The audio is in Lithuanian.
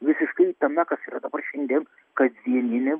visiškai tame kas yra dabar šiandien kasdieninė